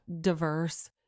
diverse